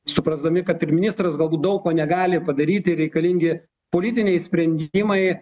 suprasdami kad ir ministras galbūt daug ko negali padaryti reikalingi politiniai sprendimai